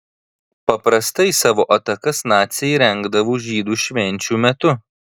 paprastai savo atakas naciai rengdavo žydų švenčių metu